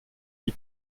die